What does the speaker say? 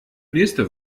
nächste